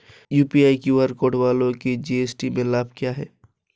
UPI QR code वालों को GST में लाभ क्या है?